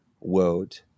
world